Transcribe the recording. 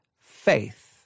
faith